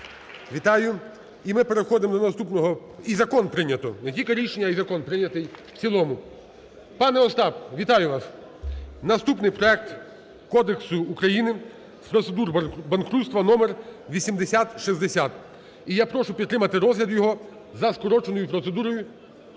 Вітаю! І ми переходимо до наступного... І закон прийнято, не тільки рішення, а і закон прийнятий в цілому. Пане Остап, вітаю вас! Наступний – проект Кодексу України з процедур банкрутства (№8060). І я прошу підтримати розгляд його за скороченою процедурою.